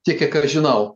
tiek kiek aš žinau